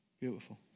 Beautiful